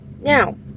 Now